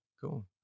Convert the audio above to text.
Cool